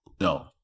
No